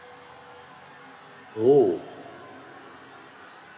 oh